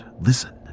listen